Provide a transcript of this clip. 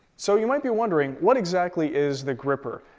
so you might be wondering what exactly is the grr-ripper?